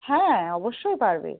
হ্যাঁ অবশ্যই পারবে